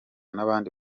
n’abandi